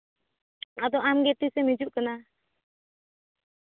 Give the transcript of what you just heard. ᱟᱫᱚ ᱟᱢ ᱜᱮ ᱛᱤᱥᱮᱢ ᱦᱤᱡᱩᱜ ᱠᱟᱱᱟ